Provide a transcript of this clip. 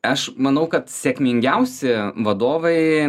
aš manau kad sėkmingiausi vadovai